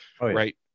right